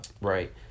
Right